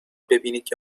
ببینید